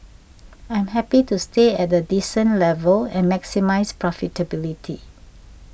I'm happy to stay at a decent level and maximise profitability